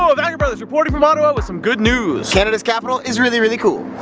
ah vagabrothers reporting from ottawa with some good news. canada's capital is really really cool.